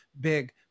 big